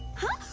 huh,